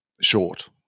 short